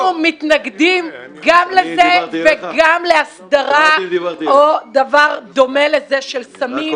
אנחנו מתנגדים גם לזה וגם להסדרה או דבר דומה לזה של סמים.